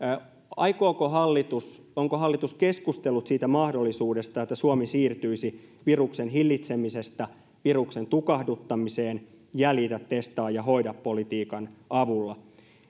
aikooko hallitus tai onko hallitus keskustellut siitä mahdollisuudesta että suomi siirtyisi viruksen hillitsemisestä viruksen tukahduttamiseen jäljitä testaa ja hoida politiikan avulla